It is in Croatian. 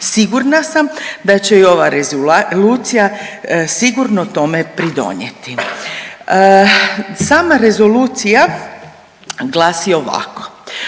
Sigurna sam da će i ova rezolucija sigurno tome pridonijeti. Sama rezolucija glasi ovako,